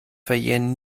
verjähren